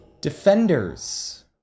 Defenders